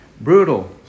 brutal